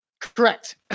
Correct